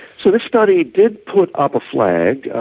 so this study did put up a flag.